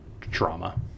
drama